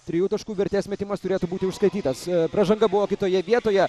trijų taškų vertės metimas turėtų būti užskaitytas pražanga buvo kitoje vietoje